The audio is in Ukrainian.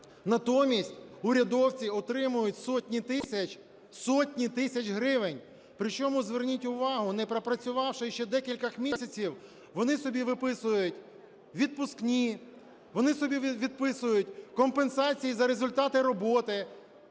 Натомість урядовці отримують сотні тисяч, сотні тисяч гривень. Причому зверніть увагу, не пропрацювавши ще декількох місяців, вони собі виписують відпускні, вони собі виписують компенсації за результати роботи.